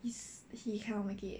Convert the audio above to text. is he cannot make it